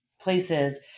places